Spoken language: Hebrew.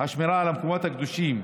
השמירה על המקומות הקדושים,